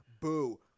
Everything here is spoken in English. boo